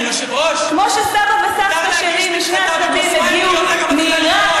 כמו שסבא וסבתא שלי משני הצדדים הגיעו מעיראק